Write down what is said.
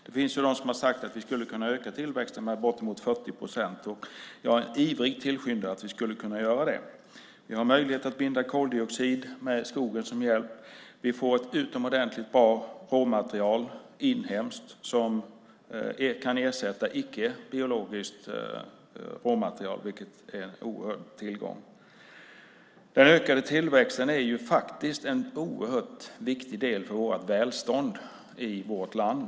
Det finns de som sagt att vi skulle kunna öka tillväxten med bortemot 40 procent. Jag är en ivrig tillskyndare av att vi skulle kunna göra det. Vi har möjlighet att binda koldioxid med skogen som hjälp. Vi får ett utomordentligt bra inhemskt råmaterial som kan ersätta icke-biologiskt råmaterial, vilket är en oerhörd tillgång. Den ökade tillväxten är en oerhört viktig del för välståndet i vårt land.